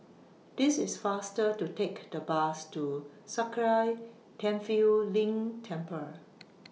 This IS faster to Take The Bus to Sakya Tenphel Ling Temple